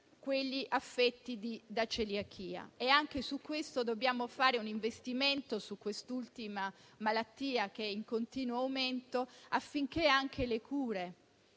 quelli affetti da celiachia. Dobbiamo fare un investimento su quest'ultima malattia, che è in continuo aumento, affinché anche le cure